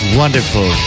wonderful